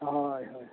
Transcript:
ᱦᱳᱭ ᱦᱳᱭ